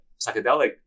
psychedelic